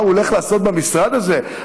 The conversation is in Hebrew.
מה הוא הולך לעשות במשרד הזה,